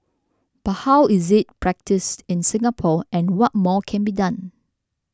but how is it practised in Singapore and what more can be done